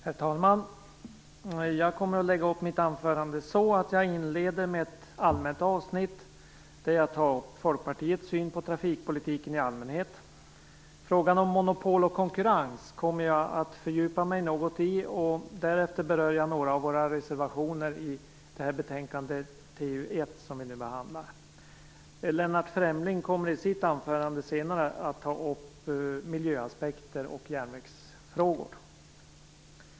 Herr talman! Jag kommer att lägga upp mitt anförande så att jag inleder med ett allmänt avsnitt, där jag tar upp Folkpartiets syn på trafikpolitiken i allmänhet. Frågan om monopol och konkurrens kommer jag att fördjupa mig något i, och därefter berör jag några av våra reservationer i betänkandet TU1, som vi nu behandlar. Lennart Fremling kommer i sitt anförande senare att ta upp miljöaspekter och järnvägsfrågor.